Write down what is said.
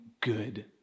good